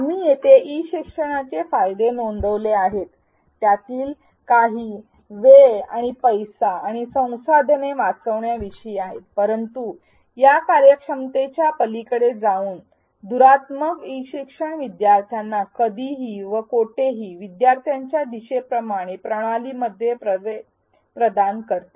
आम्ही येथे ई शिक्षणाचे फायदे नोंदवले आहेत त्यातील काही वेळ आणि पैसा आणि संसाधने वाचविण्याविषयी आहेत परंतु या कार्यक्षमतेच्या पलीकडे जाऊन दुरात्मक ई शिक्षण विद्यार्थ्यांना कधीही व कोठेही विद्यार्थ्यांच्या दिशेप्रमाणे प्रणाली मध्ये प्रवेश प्रदान करते